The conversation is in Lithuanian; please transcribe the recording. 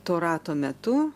to rato metu